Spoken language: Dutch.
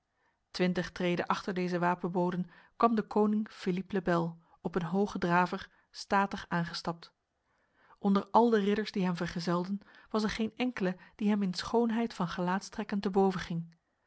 twintig treden achter deze wapenboden kwam de koning philippe le bel op een hoge draver statig aangestapt onder al de ridders die hem vergezelden was er geen enkele die hem in schoonheid van gelaatstrekken te boven ging